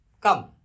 come